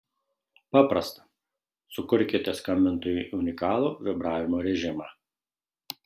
paprasta sukurkite skambintojui unikalų vibravimo režimą